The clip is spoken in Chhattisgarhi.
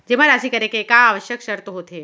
जेमा राशि करे के का आवश्यक शर्त होथे?